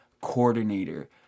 coordinator